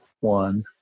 one